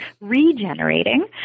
regenerating